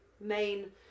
main